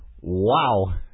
Wow